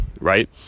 right